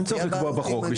אם צריך לקבוע בחוק,